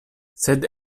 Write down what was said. sed